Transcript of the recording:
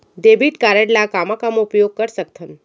Debit card ला कामा कामा उपयोग कर सकथन?